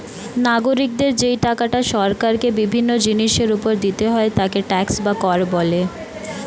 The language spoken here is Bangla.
নাগরিকদের যেই টাকাটা সরকারকে বিভিন্ন জিনিসের উপর দিতে হয় তাকে ট্যাক্স বা কর বলে